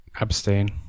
abstain